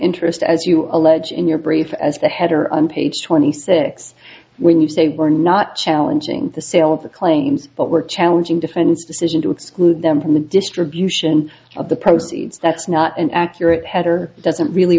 interest as you allege in your brief as the header on page twenty six when you say were not challenging the sale of the claims but were challenging defense decision to exclude them from the distribution of the proceeds that's not an accurate header doesn't really